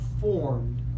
formed